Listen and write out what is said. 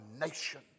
nation